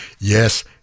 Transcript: yes